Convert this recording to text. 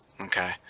Okay